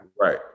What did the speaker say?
Right